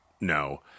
no